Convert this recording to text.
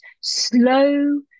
slow